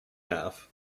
half